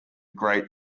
great